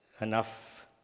enough